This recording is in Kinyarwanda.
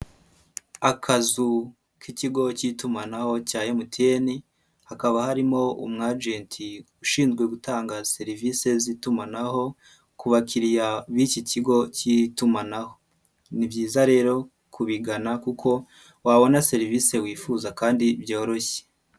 Akazu k'ikigo cy'itumanaho cya MTN hakaba harimo umwagenti ushinzwe gutanga serivisi z'itumanaho ku bakiriya b'iki kigo cy'itumanaho, ni byiza rero kubigana kuko wabona serivisi wifuza kandi byoroshye.